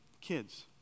kids